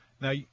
Now